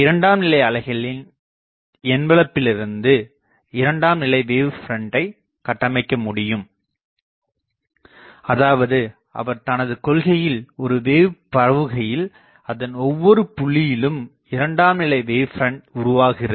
இரண்டாம் நிலை அலைகளின் என்வெல்ப்பிலிருந்து இரண்டாம் நிலை wave front கட்டமைக்க முடியும் அதாவது அவர் தனது கொள்கையில் ஒரு wave பரவுகையில் அதன் ஒவ்வொரு புள்ளியிலும் இரண்டாம் நிலை வேவ் பிரண்ட் உருவாகிறது